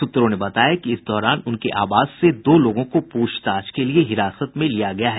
सूत्रों ने बताया कि इस दौरान उनके आवास से दो लोगों को पूछताछ के लिए हिरासत में लिया गया है